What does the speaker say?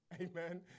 Amen